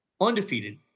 Undefeated